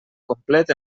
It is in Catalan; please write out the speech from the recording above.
complet